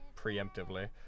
preemptively